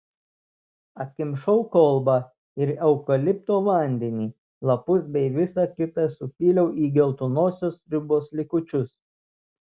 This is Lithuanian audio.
atkimšau kolbą ir eukalipto vandenį lapus bei visa kita supyliau į geltonosios sriubos likučius